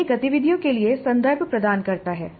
यह गतिविधियों के लिए संदर्भ प्रदान करता है